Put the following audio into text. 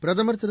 பிரதமர் திரு